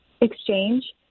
exchange